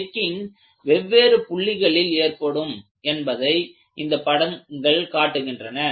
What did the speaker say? necking வெவ்வேறு புள்ளிகளில் ஏற்படும் என்பதை இந்த படங்கள் காட்டுகின்றன